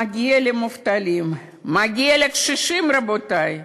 מגיע למובטלים, מגיע לקשישים, רבותי.